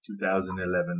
2011